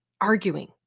arguing